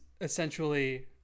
essentially